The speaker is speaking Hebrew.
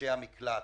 מבקשי המקלט.